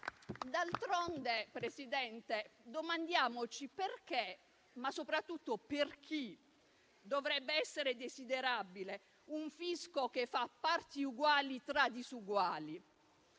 D'altronde, Presidente, domandiamoci perché, ma soprattutto per chi dovrebbe essere desiderabile un fisco che fa parti uguali tra disuguali?